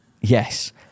Yes